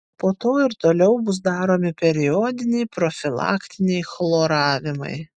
po to ir toliau bus daromi periodiniai profilaktiniai chloravimai